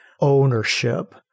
ownership